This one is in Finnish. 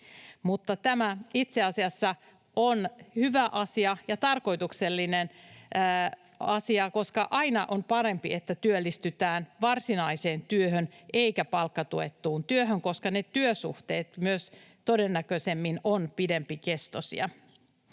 tämä itse asiassa on hyvä asia ja tarkoituksellinen asia, koska aina on parempi, että työllistytään varsinaiseen työhön eikä palkkatuettuun työhön, koska ne työsuhteet myös todennäköisemmin ovat pidempikestoisia.